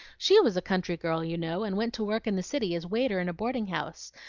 she was a country girl, you know, and went to work in the city as waiter in a boarding-house.